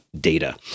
data